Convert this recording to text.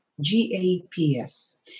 G-A-P-S